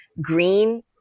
green